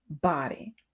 body